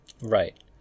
Right